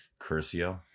Curcio